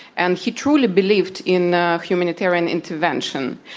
and he truly believed in ah humanitarian intervention.